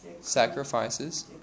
sacrifices